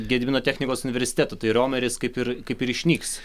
gedimino technikos universiteto tai riomeris kaip ir kaip ir išnyks